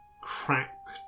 cracked